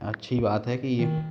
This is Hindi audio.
अच्छी बात कि